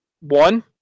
one